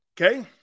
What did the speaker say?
Okay